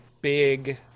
big